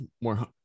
more